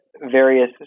various